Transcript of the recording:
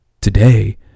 today